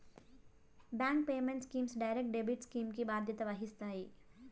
bank payment schemes direct debit scheme కి బాధ్యత వహిస్తాయి